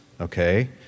okay